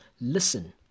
Listen